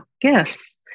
Gifts